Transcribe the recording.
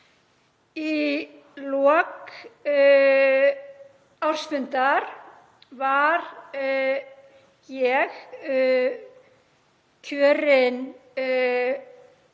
Í lok ársfundar var ég kjörin